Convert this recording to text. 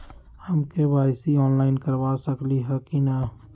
हम KYC online करवा सकली ह कि न?